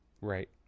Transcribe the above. right